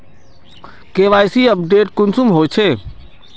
KYC update कुंसम होचे?